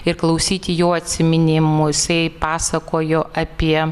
ir klausyti jo atsiminimų jisai pasakojo apie